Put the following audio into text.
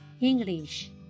English